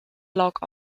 log